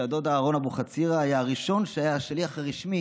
הדוד אהרן אבוחצירא היה הראשון שהיה שליח רשמי